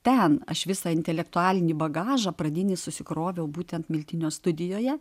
ten aš visą intelektualinį bagažą pradinį susikroviau būtent miltinio studijoje